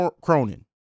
Cronin